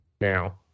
now